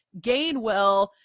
gainwell